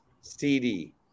CD